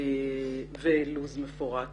כמובן גם לוח זמנים מפורט